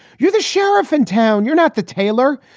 you're the sheriff in town. you're not the tailor.